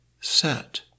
set